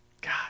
God